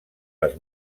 les